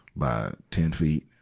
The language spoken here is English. by ten feet.